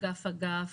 מאגף לאגף,